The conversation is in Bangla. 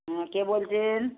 হ্যাঁ কে বলছেন